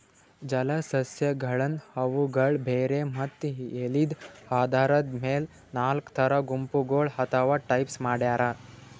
ಜಲಸಸ್ಯಗಳನ್ನ್ ಅವುಗಳ್ ಬೇರ್ ಮತ್ತ್ ಎಲಿದ್ ಆಧಾರದ್ ಮೆಲ್ ನಾಲ್ಕ್ ಥರಾ ಗುಂಪಗೋಳ್ ಅಥವಾ ಟೈಪ್ಸ್ ಮಾಡ್ಯಾರ